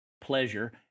pleasure